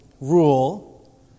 rule